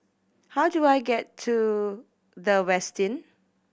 how do I get to The Westin